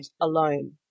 alone